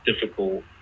difficult